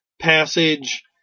passage